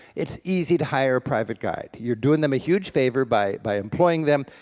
it's easy to hire private guide. you're doing them a huge favor by by employing them,